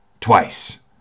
Twice